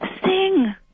Sing